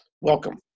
Welcome